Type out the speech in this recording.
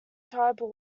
tribal